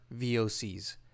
VOCs